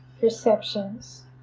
perceptions